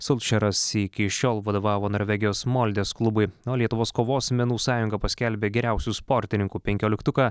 sulčeras iki šiol vadovavo norvegijos moldės klubui o lietuvos kovos menų sąjunga paskelbė geriausių sportininkų penkioliktuką